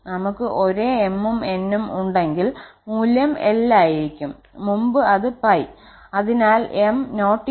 ഞങ്ങൾക്ക് ഒരേ 𝑚ഉം𝑛ഉം ഉണ്ടെങ്കിൽ മൂല്യം 𝑙 ആയിരിക്കും മുമ്പ് അത് π